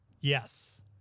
Yes